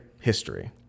history